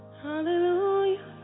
Hallelujah